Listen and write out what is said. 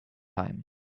time